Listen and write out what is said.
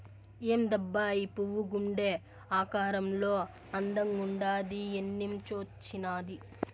ఏందబ్బా ఈ పువ్వు గుండె ఆకారంలో అందంగుండాది ఏన్నించొచ్చినాది